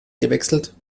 gewechselt